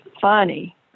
funny